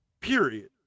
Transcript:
period